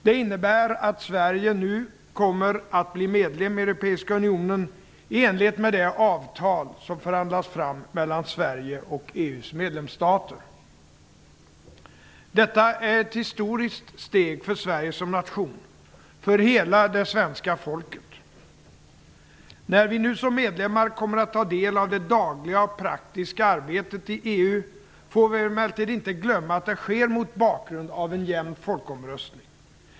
Det innebär att Sverige nu kommer att bli medlem i Europeiska unionen i enlighet med det avtal som har förhandlats fram mellan Sverige och Detta är ett historiskt steg för Sverige som nation - för hela det svenska folket. När vi nu som medlemmar kommer att ta del av det dagliga och praktiska arbetet i EU får vi emellertid inte glömma att det sker mot bakgrund av en jämn folkomröstning.